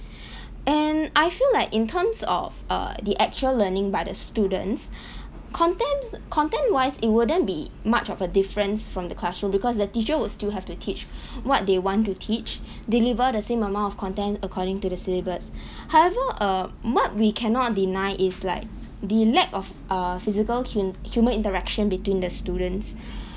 and I feel like in terms of err the actual learning by the students content content wise it wouldn't be much of a difference from the classroom because the teacher would still have to teach what they want to teach deliver the same amount of content according to the syllabus however err what we cannot deny is like the lack of uh physical hu~ human interaction between the students